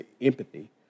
empathy